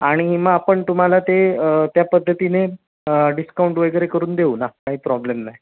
आणि मग आपण तुम्हाला ते त्या पद्धतीने डिस्काउंट वगैरे करून देऊ ना काही प्रॉब्लेम नाही